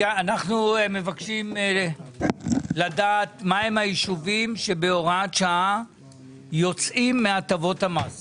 אנחנו מבקשים לדעת מהם היישובים שבהוראת שעה יוצאים מהטבות המס